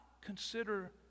consider